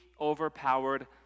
overpowered